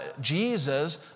Jesus